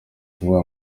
kuvuga